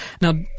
Now